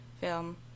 film